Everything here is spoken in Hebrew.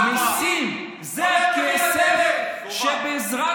6% עולה